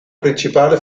principale